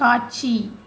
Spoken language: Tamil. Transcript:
காட்சி